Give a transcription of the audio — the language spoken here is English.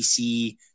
PC